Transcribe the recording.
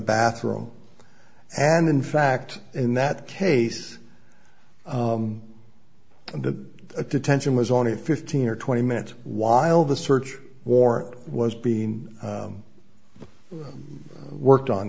bathroom and in fact in that case the attention was only fifteen or twenty minutes while the search warrant was being worked on